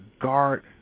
guard